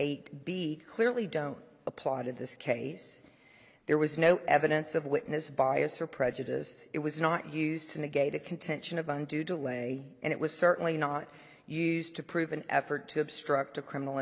eight b clearly don't apply to this case there was no evidence of witness bias or prejudice it was not used to negate a contention of undue delay and it was certainly not used to prove an effort to obstruct a criminal